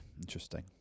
Interesting